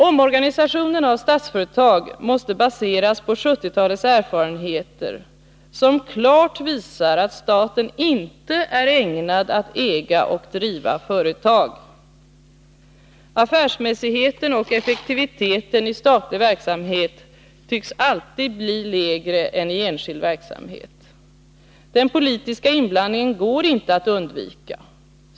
Omorganisationen av Statsföretag måste baseras på 1970-talets erfarenheter, vilka klart visar att staten inte är ägnad att äga och driva företag. Affärsmässigheten och effektiviteten i statlig verksamhet tycks alltid bli lägre än i enskild verksamhet. Den politiska inblandningen går inte att undvika.